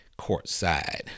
Courtside